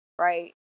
right